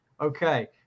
okay